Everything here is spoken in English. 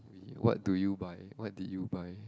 what do you buy what did you buy